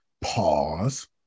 Pause